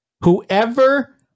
Whoever